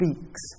speaks